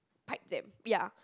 pipe them ya